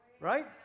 Right